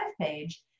page